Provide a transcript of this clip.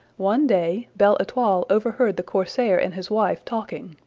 one day belle-etoile overheard the corsair and his wife talking.